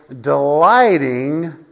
delighting